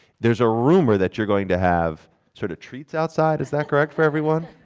there is a rumor that you're going to have sort of treats outside, is that correct, for everyone?